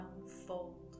unfold